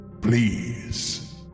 Please